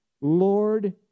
Lord